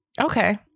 Okay